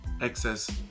excess